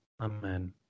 Amen